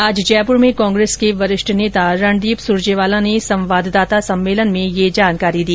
आज जयपूर में कांग्रेस के वरिष्ठ नेता रणदीप सुरजेवाला ने संवाददाता सम्मेलन में यह जानकारी दी